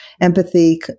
empathy